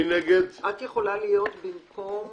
את יכולה להיות במקום